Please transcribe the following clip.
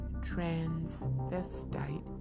Transvestite